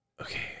Okay